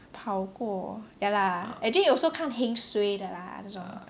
跑过我 ya lah actually also 看 heng suay 的 lah 这种